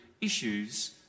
issues